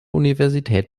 universität